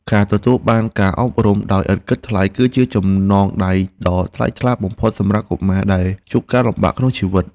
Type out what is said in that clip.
ការទទួលបានការអប់រំដោយឥតគិតថ្លៃគឺជាចំណងដៃដ៏ថ្លៃថ្លាបំផុតសម្រាប់កុមារដែលជួបការលំបាកក្នុងជីវិត។